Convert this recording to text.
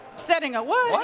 setting a what?